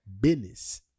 business